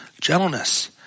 gentleness